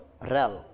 realm